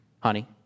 Honey